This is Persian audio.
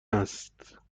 است